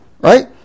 right